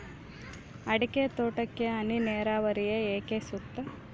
ಅಡಿಕೆ ತೋಟಕ್ಕೆ ಹನಿ ನೇರಾವರಿಯೇ ಏಕೆ ಸೂಕ್ತ?